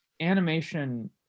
animation